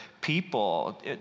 people